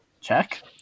check